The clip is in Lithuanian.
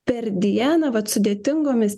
per dieną vat sudėtingomis